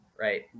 right